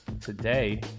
Today